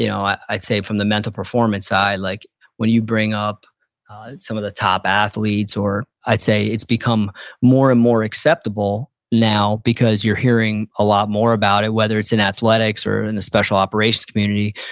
you know i'd say from the mental performance side, like when you bring up some of the top athletes or, i'd say it's become more and more acceptable now because you're hearing a lot more about it, whether it's in athletics or in a special operations community.